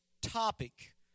topic